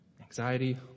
anxiety